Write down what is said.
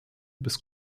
bis